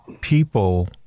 people